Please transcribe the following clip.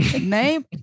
Name